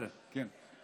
רק רגע.